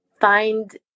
find